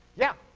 yeah?